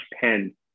pen